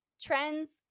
trends